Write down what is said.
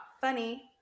Funny